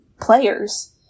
players